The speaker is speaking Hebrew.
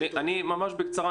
בקצרה,